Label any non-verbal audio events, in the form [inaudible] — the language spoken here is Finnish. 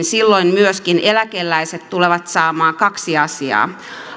[unintelligible] silloin myöskin eläkeläiset tulevat saamaan kaksi asiaa